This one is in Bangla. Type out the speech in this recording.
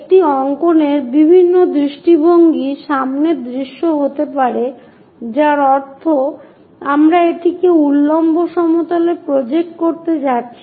একটি অঙ্কনের বিভিন্ন দৃষ্টিভঙ্গি সামনের দৃশ্য হতে পারে যার অর্থ আমরা এটিকে উল্লম্ব সমতলে প্রজেক্ট করতে যাচ্ছি